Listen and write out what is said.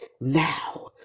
Now